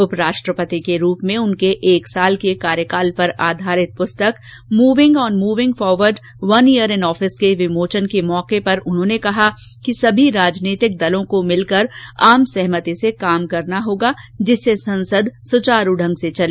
उपराष्ट्रपति के रूप में उनके एक साल के कार्यकाल पर आधारित पुस्तक moving on moving forward one year in office के विमोचन के मौके पर उन्होंने कहा कि सभी राजनीतिक दलों को मिलकर आम सहमति से काम करना होगा जिससे संसद सुचारू ढंग से चले